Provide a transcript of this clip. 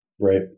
Right